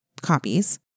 copies